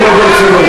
ולא ברצינות.